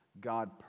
God